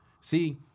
See